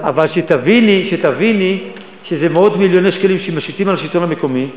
אבל שתביני שזה מאות מיליוני שקלים שמשיתים על השלטון המקומי.